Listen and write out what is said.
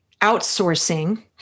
outsourcing